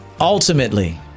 Ultimately